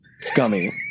scummy